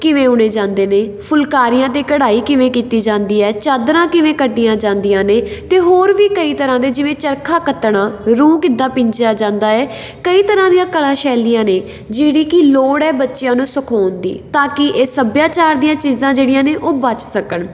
ਕਿਵੇਂ ਉਣੇ ਜਾਂਦੇ ਨੇ ਫੁਲਕਾਰੀਆਂ 'ਤੇ ਕਢਾਈ ਕਿਵੇਂ ਕੀਤੀ ਜਾਂਦੀ ਹੈ ਚਾਦਰਾਂ ਕਿਵੇਂ ਕੱਢੀਆਂ ਜਾਂਦੀਆਂ ਨੇ ਅਤੇ ਹੋਰ ਵੀ ਕਈ ਤਰ੍ਹਾਂ ਦੇ ਜਿਵੇਂ ਚਰਖਾ ਕੱਤਣਾ ਰੂੰ ਕਿੱਦਾਂ ਪਿੰਜਿਆ ਜਾਂਦਾ ਹੈ ਕਈ ਤਰ੍ਹਾਂ ਦੀਆਂ ਕਲਾ ਸ਼ੈਲੀਆਂ ਨੇ ਜਿਹੜੀ ਕਿ ਲੋੜ ਹੈ ਬੱਚਿਆਂ ਨੂੰ ਸਿਖਾਉਣ ਦੀ ਤਾਂ ਕਿ ਇਹ ਸੱਭਿਆਚਾਰ ਦੀਆਂ ਚੀਜ਼ਾਂ ਜਿਹੜੀਆਂ ਨੇ ਉਹ ਬਚ ਸਕਣ